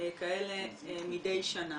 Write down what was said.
כאלה מדי שנה.